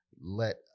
let